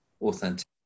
authentic